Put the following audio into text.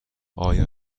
آیا